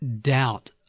doubt